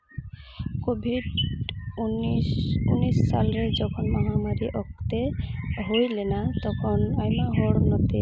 covid ᱩᱱᱤᱥ ᱩᱱᱤᱥ ᱥᱟᱞᱨᱮ ᱡᱚᱠᱷᱚᱱ ᱢᱚᱦᱟ ᱢᱟᱹᱨᱤ ᱚᱠᱛᱮ ᱦᱩᱭ ᱞᱮᱱᱟ ᱛᱚᱠᱷᱚᱱ ᱟᱭᱢᱟ ᱦᱚᱲ